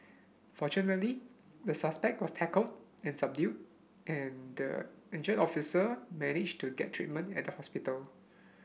fortunately the suspect was tackled and subdued and the injured officer managed to get treatment at the hospital